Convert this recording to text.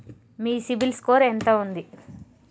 మీ CIBIL score ఎంత ఉంది?